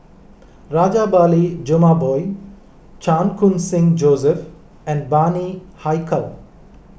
Rajabali Jumabhoy Chan Khun Sing Joseph and Bani Haykal